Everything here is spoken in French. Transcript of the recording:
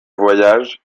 voyage